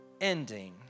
ending